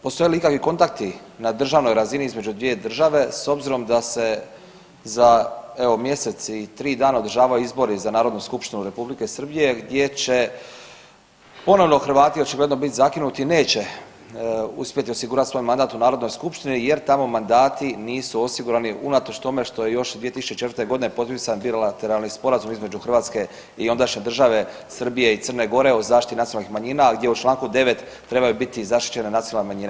Postoje li ikakvi kontakti na državnoj razini između dvije države s obzirom da se za evo mjesec i tri dana održavaju izbori za Narodnu skupštinu Republike Srbije gdje će ponovno Hrvati očigledno biti zakinuti, neće uspjeti osigurati svoj mandat u narodnoj skupštini jer tamo mandati nisu osigurani unatoč tome što je još 2004.g. potpisan bilateralni sporazum između Hrvatske i ondašnje države Srbije i Crne Gore o zaštiti nacionalnih manjina gdje u čl. 9. trebaju biti zaštićene nacionalne manjine.